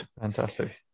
Fantastic